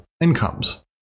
incomes